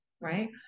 Right